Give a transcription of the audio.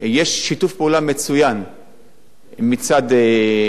מצד המנהיגות של המגזר הערבי,